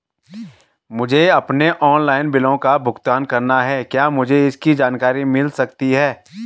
मुझे अपने ऑनलाइन बिलों का भुगतान करना है क्या मुझे इसकी जानकारी मिल सकती है?